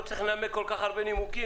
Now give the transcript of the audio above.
לא צריך לנמק כל כך הרבה נימוקים.